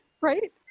Right